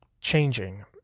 changing